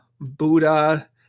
Buddha